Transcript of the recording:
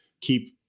keep